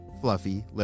fluffy